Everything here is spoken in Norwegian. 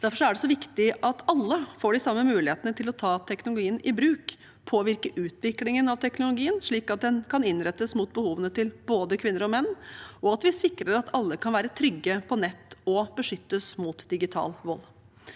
Derfor er det så viktig at alle får de samme mulighetene til å ta teknologien i bruk, påvirke utviklingen av teknologien, slik at den kan innrettes mot behovene til både kvinner og menn, og sikre at alle kan være trygge på nett og beskyttes mot digital vold.